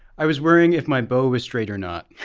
i was worrying if my beau was straight or not.